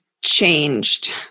changed